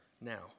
now